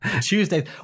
Tuesday